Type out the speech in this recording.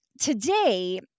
Today